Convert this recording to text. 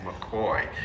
McCoy